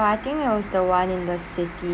uh I think it was the one in the city